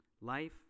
life